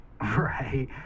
right